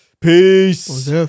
Peace